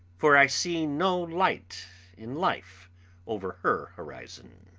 for i see no light in life over her horizon.